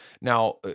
Now